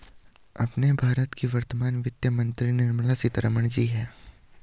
अपने भारत की वर्तमान वित्त मंत्री निर्मला सीतारमण जी हैं